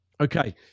Okay